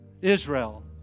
Israel